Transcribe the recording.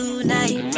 tonight